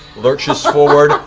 lurches forward,